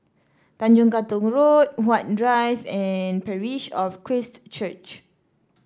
Tanjong Katong Road Huat Drive and Parish of Christ Church